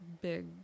big